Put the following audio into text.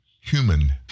human